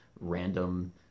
random